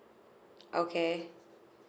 okay